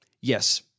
Yes